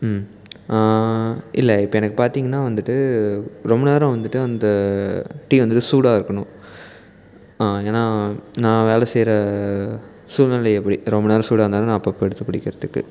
ம் இல்லை இப்போ எனக்கு பார்த்தீங்கன்னா வந்துட்டு ரொம்ப நேரம் வந்துட்டு அந்த டீ வந்து சூடாக இருக்கணும் ஏன்னால் நான் வேலை செய்கிற சூழ்நிலை அப்படி ரொம்ப நேரம் சூடாக இருந்தாலும் நான் அப்போ அப்போ எடுத்து குடிக்கிறதுக்கு